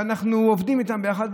ואנחנו עובדים איתם ביחד,